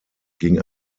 ging